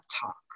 talk